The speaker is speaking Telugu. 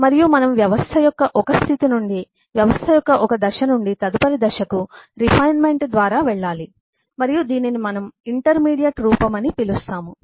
మరియు మనం వ్యవస్థ యొక్క ఒక స్థితి నుండి వ్యవస్థ యొక్క ఒక దశ నుండి తదుపరి దశకు రిఫైన్మెంట్ ద్వారా వెళ్ళాలి మరియు దీనిని మనం ఇంటర్మీడియట్ రూపం అని పిలుస్తాము